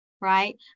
right